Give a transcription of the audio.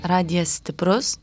radijas stiprus